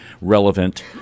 relevant